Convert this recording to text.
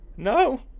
No